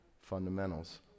Fundamentals